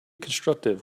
constructive